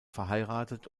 verheiratet